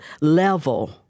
level